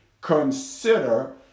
Consider